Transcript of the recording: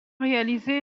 réalisé